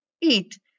eat